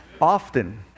Often